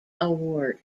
award